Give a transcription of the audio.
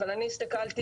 התחבורה.